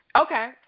Okay